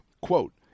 Quote